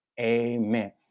Amen